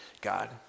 God